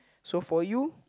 so for you